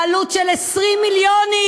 בעלות של 20 מיליון,